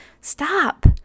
stop